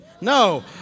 No